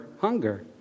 hunger